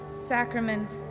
sacrament